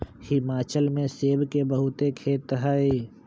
हिमाचल में सेब के बहुते खेत हई